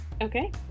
Okay